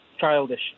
childish